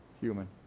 Human